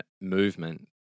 movement